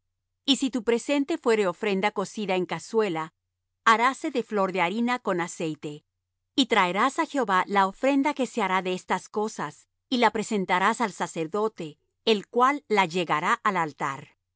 y si tu presente fuere ofrenda cocida en cazuela haráse de flor de harina con aceite y traerás á jehová la ofrenda que se hará de estas cosas y la presentarás al sacerdote el cual la llegará al altar